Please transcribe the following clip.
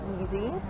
easy